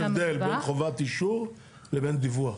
מדווח יש הבדל בין חובת אישור לבין דיווח.